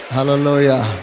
Hallelujah